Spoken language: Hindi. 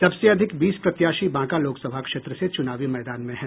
सबसे अधिक बीस प्रत्याशी बांका लोकसभा क्षेत्र से चुनावी मैदान में हैं